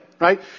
right